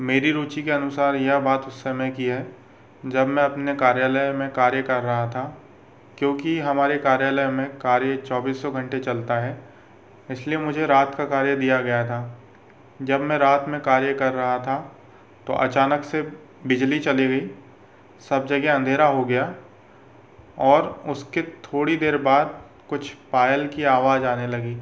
मेरी रुचि के अनुसार यह बात उस समय की है जब मैं अपने कार्यालय में कार्य कर रहा था क्योंकि हमारे कार्यालय में कार्य चौबीसों घण्टे चलता है इसलिए मुझे रात का कार्य दिया गया था जब मैं रात में कार्य कर रहा था तो अचानक से बिजली चली गई सब जगह अंधेरा हो गया और उसके थोड़ी देर बाद कुछ पायल की आवाज आने लगी